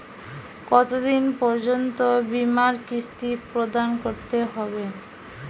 কতো দিন পর্যন্ত বিমার কিস্তি প্রদান করতে হবে?